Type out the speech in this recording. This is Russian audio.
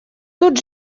тут